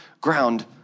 ground